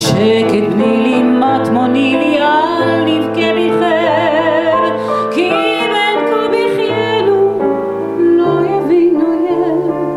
שקט בני לי, מטמוני לי, אל נבכה בלחם כי אם אין קו בחיינו, לא יבינו ילם